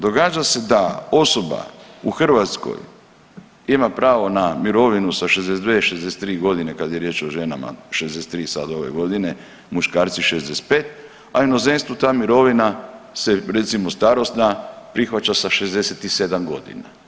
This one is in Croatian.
Događa se da osoba u Hrvatskoj ima pravo na mirovinu sa 62, 63 godine kad je riječ o ženama 63 sad ove godine, muškarci 65, a u inozemstvu ta mirovina se recimo starosna prihvaća sa 67 godina.